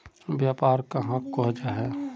व्यापार कहाक को जाहा?